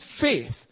faith